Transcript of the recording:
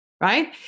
Right